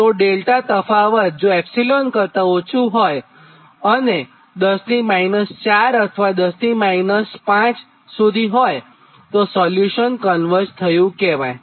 તો ડેલ્ટા તફાવત જો એપ્સિલોન ε કરતાં ઓછું હોય 10 ની 4 અથવા 10 ની 5 સુધી હોયતો સોલ્યુશન કન્વર્જ થયું કહેવાય